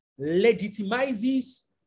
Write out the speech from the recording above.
legitimizes